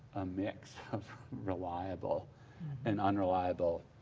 a mix of reliable and unreliable